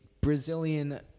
Brazilian